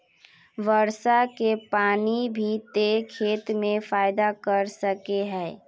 वर्षा के पानी भी ते खेत में फायदा कर सके है?